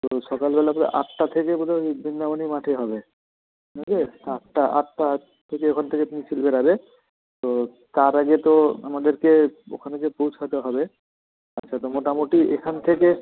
তো সকালবেলাতে আটটা থেকে বোধহয় ওই বৃন্দাবনই মাঠে হবে বুঝলে আটটা আটটা থেকে ওখান থেকে মিছিল বেরাবে তো তার আগে তো আমাদেরকে ওখানে যেয়ে পৌঁছাতে হবে আচ্ছা তো মোটামোটি এখান থেকে